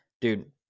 Dude